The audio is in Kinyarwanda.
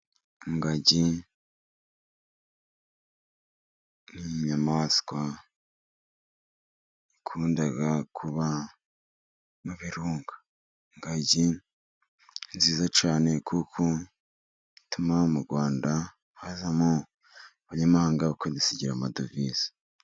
Ingagi ni inyamaswa ikunda kuba mu birunga, ingagi ni nziza cyane, kuko ituma mu Rwanda hazamo abanyamahanga bakadusigira amadovize.